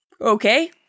Okay